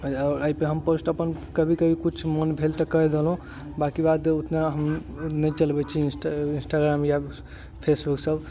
एहि पर हम पोस्ट अपन कभी कभी कुछ मोन भेल तऽ कऽ देलहुॅं बाकी बात उतना हम नहि चलबै छी इंस्टाग्राम या फेसबुक सब